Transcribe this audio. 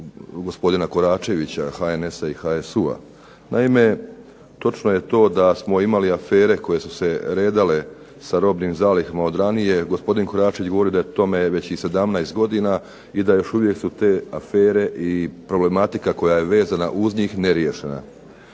gospodina Koračevića HNS-a i HSU-a. Naime, točno je to da smo imali afere koje su se redale sa robnim zalihama od ranije. Gospodin Koračević da je tome već 17 godina i da su još uvijek te afere i problematika koja je vezana uz njih neriješena.